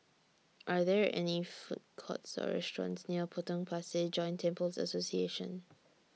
Are There any Food Courts Or restaurants near Potong Pasir Joint Temples Association